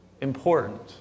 important